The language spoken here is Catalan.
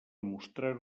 mostrar